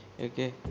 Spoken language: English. Okay